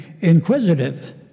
inquisitive